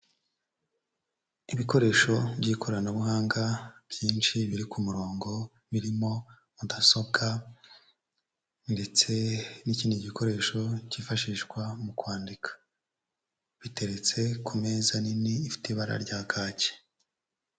Ibikoresho by'ikoranabuhanga byinshi biri ku murongo, birimo mudasobwa ndetse n'ikindi gikoresho cyifashishwa mu kwandika. Biteretse ku meza nini ifite ibara rya kake.